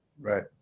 Right